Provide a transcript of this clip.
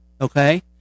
okay